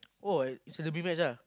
!woah! it's the a big match ah